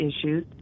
issues